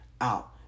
out